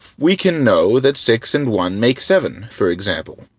we can know that six and one make seven, for example.